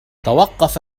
توقف